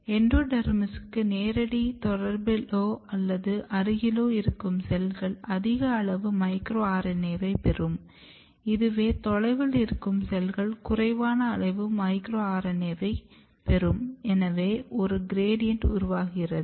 எண்டோடெர்மிஸ்ஸுக்கு நேரடி தொடர்பிலோ அல்லது அருகிலோ இருக்கும் செல்கள் அதிக அளவு மைக்ரோ RNA வை பெரும் இதுவே தொலைவில் இருக்கும் செல்கள் குறைவான அளவு மைக்ரோ RNA வை பெரும் எனவே ஒரு கிரேட்டியன்ட் உருவாகிறது